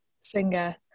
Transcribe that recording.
singer